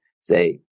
say